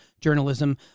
journalism